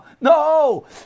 No